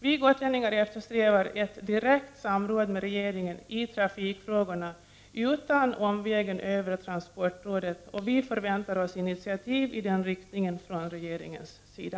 Vi gotlänningar eftersträvar ett direkt samråd med regeringen i trafikfrågorna utan omvägen över transportrådet, och vi förväntar oss initiativ i den riktningen från regeringens sida.